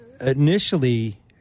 initially